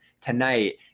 tonight